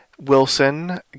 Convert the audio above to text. Wilson